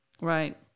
Right